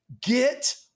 get